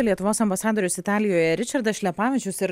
lietuvos ambasadorius italijoje ričardas šlepavičius ir